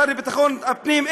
השר לביטחון הפנים,